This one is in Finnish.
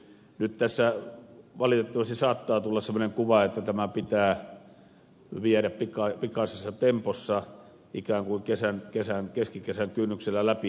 nyt tässä valitettavasti saattaa tulla semmoinen kuva että tämä pitää viedä pikaisessa tempossa ikään kuin keskikesän kynnyksellä läpi